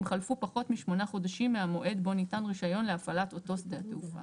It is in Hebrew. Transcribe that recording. חלפו פחות משמונה חודשים מהמועד בו ניתן רישיון להפעלת אותו שדה התעופה.